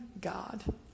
God